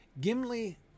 Gimli